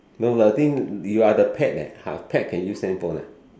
no but the thing you are the pet leh !huh! pet can use handphone ah